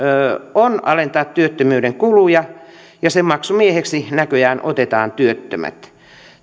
on alentaa työttömyyden kuluja ja sen maksumieheksi näköjään otetaan työttömät